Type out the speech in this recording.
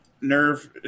nerve